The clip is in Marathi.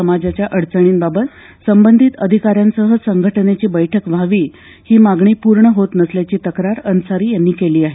समाजाच्या अडचणींबाबत संबंधित अधिकाऱ्यासह बैठक घेण्याची मागणी पूर्ण होत नसल्याची तक्रार अन्सारी यांनी केली आहे